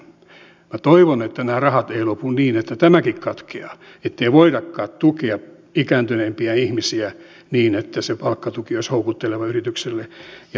toivon että nämä rahat eivät lopu niin että tämäkin katkeaa ettei voidakaan tukea ikääntyneempiä ihmisiä niin että se palkkatuki olisi houkutteleva yritykselle ja pitkäkestoisempi